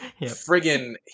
friggin